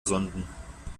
sonden